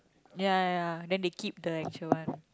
ya ya ya then they keep the actual one